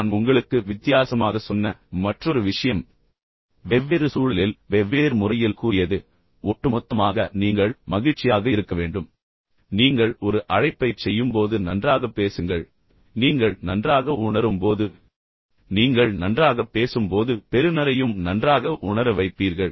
நான் உங்களுக்கு வித்தியாசமாக சொன்ன மற்றொரு விஷயம் வெவ்வேறு சூழலில் வெவ்வேறு முறையில் கூறியது ஆனால் ஒட்டுமொத்தமாக நீங்கள் மகிழ்ச்சியாக இருக்க வேண்டும் என்பதை நினைவில் கொள்ளுங்கள் நீங்கள் ஒரு அழைப்பைச் செய்யும்போது நன்றாக பேசுங்கள் நீங்கள் நன்றாக உணரும் போது நீங்கள் நன்றாக பேசும் போது பெறுநரையும் நன்றாக உணர வைப்பீர்கள்